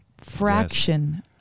fraction